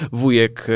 wujek